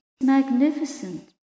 magnificent